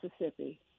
Mississippi